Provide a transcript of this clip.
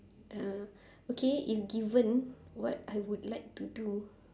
uh okay if given what I would like to do